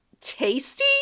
tasty